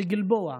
בגלבוע.